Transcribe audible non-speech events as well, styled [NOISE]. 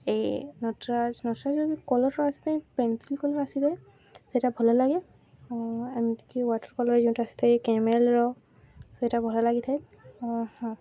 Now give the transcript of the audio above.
ଏଇ ନଟ୍ରାଜ୍ ନଟ୍ରାଜ୍ [UNINTELLIGIBLE] କଲର୍ ଆସିଥାଏ pencil colour ଆସିଥାଏ ସେଇଟା ଭଲ ଲାଗେ ଏମିତିକି ୱାଟର୍ କଲର୍ ଯୋଉଁଟା ଆସିଥାଏ କେମେଲ୍ର ସେଇଟା ଭଲ ଲାଗିଥାଏ ହଁ